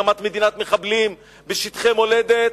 הקמת מדינת מחבלים בשטחי מולדת,